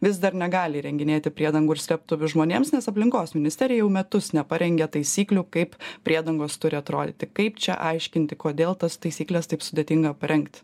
vis dar negali įrenginėti priedangų ir slėptuvių žmonėms nes aplinkos ministerija jau metus neparengia taisyklių kaip priedangos turi atrodyti kaip čia aiškinti kodėl tas taisykles taip sudėtinga parengt